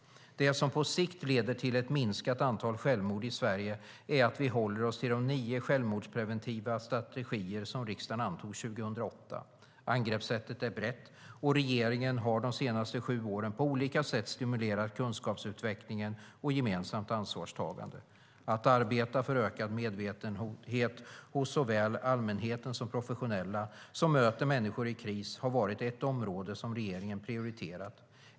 Det som på sikt leder till ett minskat antal självmord i Sverige är att vi håller oss till de nio självmordspreventiva strategier som riksdagen antog 2008. Angreppssättet är brett, och regeringen har de senaste sju åren på olika sätt stimulerat kunskapsutveckling och gemensamt ansvarstagande. Att arbeta för ökad medvetenhet hos såväl allmänhet som professionella som möter människor i kris har varit ett område som regeringen prioriterat.